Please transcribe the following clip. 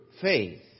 faith